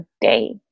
day